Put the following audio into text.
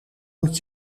moet